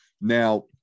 Now